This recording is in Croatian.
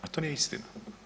A to nije istina.